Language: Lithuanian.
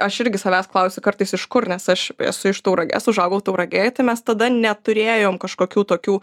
aš irgi savęs klausiu kartais iš kur nes aš esu iš tauragės užaugau tauragėj tai mes tada neturėjom kažkokių tokių